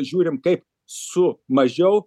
žiūrim kaip su mažiau